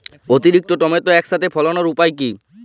অতিরিক্ত টমেটো একসাথে ফলানোর উপায় কী?